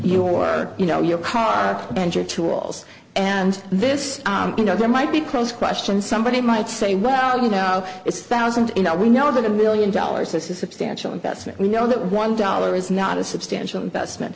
your work you know your car and your tools and this you know there might be close question somebody might say well you know it's thousand you know we know that a million dollars this is substantial investment we know that one dollar is not a substantial investment